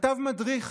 כתב מדריך